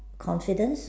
confidence